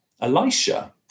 Elisha